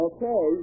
Okay